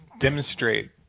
demonstrate